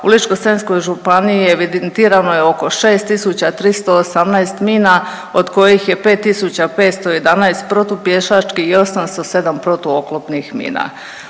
u Ličko-senjskoj županiji evidentirano je oko 6318 mina od kojih je 5511 protupješačkih i 807 protu oklopnih mina.